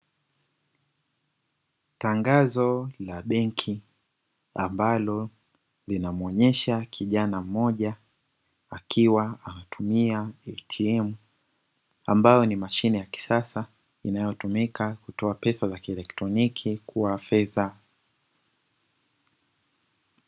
Tangazo la benki ambalo linamuonyesha kijana mmoja akiwa anatumia ATM ambayo ni mashine ya kisasa inayotumika kutoa fedha za kielektroniki kuwa fedha.